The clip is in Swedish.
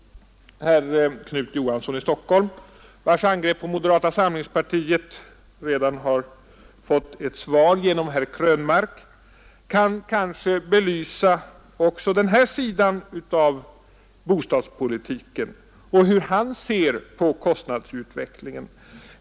Herr Knut Johansson i Stockholm, vars angrepp på moderata samlingspartiet redan har fått ett svar genom herr Krönmark, kan kanske belysa också den här sidan av bostadspolitiken och tala om hur han ser på kostnadsutvecklingen.